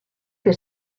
que